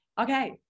okay